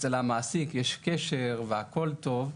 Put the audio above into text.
אצל המעסיק יש קשר והכל טוב,